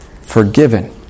forgiven